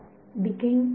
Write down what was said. विद्यार्थी डिकेइंग